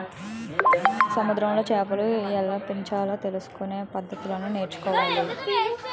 సముద్రములో చేపలను ఎలాపెంచాలో తెలుసుకొనే పద్దతులను నేర్చుకోవాలి